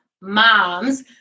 moms